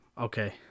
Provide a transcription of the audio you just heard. Okay